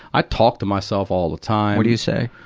i talk to myself all the time. what do you say?